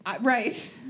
Right